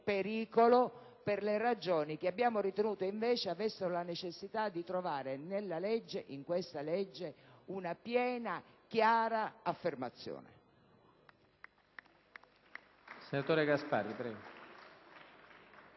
pericolo per le ragioni che abbiamo ritenuto avessero invece la necessità di trovare nella legge, in questa legge, una piena e chiara affermazione.